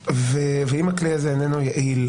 ואם הכלי הזה איננו יעיל,